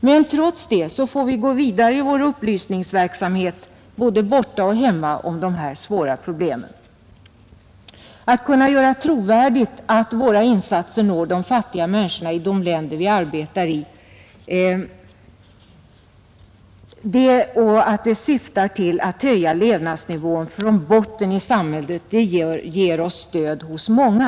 Men trots detta får vi gå vidare i vår upplysningsverksamhet om dessa svåra problem både borta och hemma. Att kunna göra trovärdigt att våra insatser når de fattiga människorna i de länder där vi arbetar och att de syftar till att höja levnadsnivån från botten i samhället, ger oss stöd hos många.